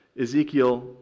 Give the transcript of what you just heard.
Ezekiel